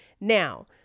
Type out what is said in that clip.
now